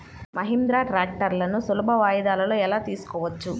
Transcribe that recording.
మహీంద్రా ట్రాక్టర్లను సులభ వాయిదాలలో ఎలా తీసుకోవచ్చు?